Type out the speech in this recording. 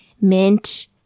mint